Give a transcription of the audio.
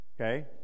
Okay